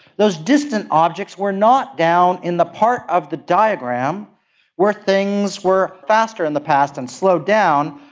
those distant objects were not down in the part of the diagram where things were faster in the past and slowed down,